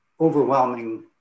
overwhelming